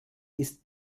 ist